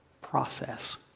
process